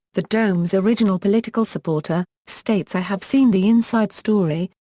the dome's original political supporter, states i have seen the inside story,